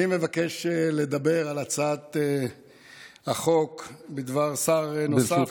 אני מבקש לדבר על הצעת החוק בדבר שר נוסף.